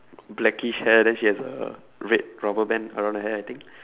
blackish hair then she has a red rubber band around her hair I think